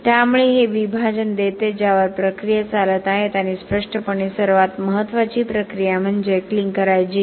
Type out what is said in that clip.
त्यामुळे हे विभाजन देते ज्यावर प्रक्रिया चालत आहेत आणि स्पष्टपणे सर्वात महत्वाची प्रक्रिया म्हणजे क्लिंकरायझेशन